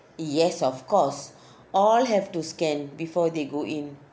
yes of course all have to scan before they go in